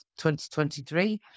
2023